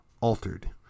altered